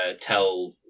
tell